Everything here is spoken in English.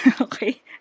okay